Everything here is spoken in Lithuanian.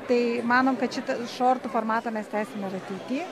tai manom kad šitą šortų formatą mes tęsime ir ateity